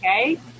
Okay